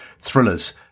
thrillers